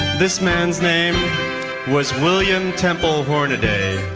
this man's name was william temple hornaday.